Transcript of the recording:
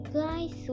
guys